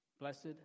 Blessed